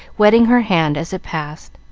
wetting her hand as it passed.